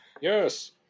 Yes